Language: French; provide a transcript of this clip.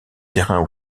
terrain